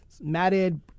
matted